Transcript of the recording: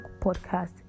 podcast